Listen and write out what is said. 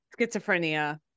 schizophrenia